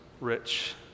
rich